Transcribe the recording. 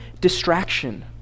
distraction